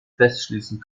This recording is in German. festschließen